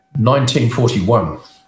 1941